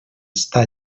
està